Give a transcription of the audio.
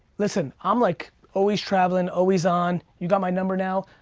listen, i'm like always traveling, always on. you got my number now.